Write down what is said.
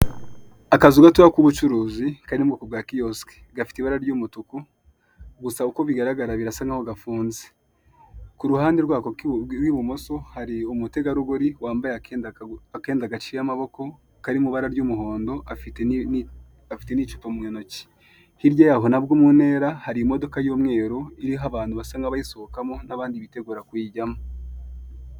Akazu gatoya k'ubucuruzi Kari mu bwoko bwa kiyosike (kioske) gafite ibara ry'umutuku, gusa uko bigaragara karafunze kuruhande rwako rw'imoso hari umutegarugori wambaye akenda gaciye amaboko Kari mu ibara ry'umuhondo afite n'icupa mu ntoki. Hirya y'aho muntera hari imodoka y'umweru iriho abantu basa nkabayisohokamo nabandi bitegura kuyijyamo .